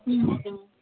okay ma'am